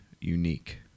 unique